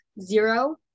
zero